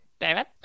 David